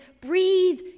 Breathe